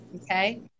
Okay